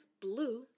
blue